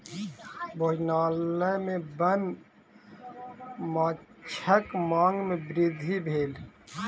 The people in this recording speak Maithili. भोजनालय में वन्य माँछक मांग में वृद्धि भेल